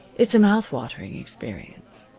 it's a mouth-watering experience.